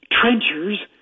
trenchers